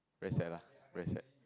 very sad lah very sad